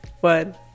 one